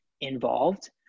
involved